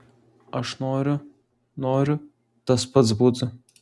aš noriu noriu tas pats būtų